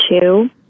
two